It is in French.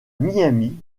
miami